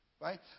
right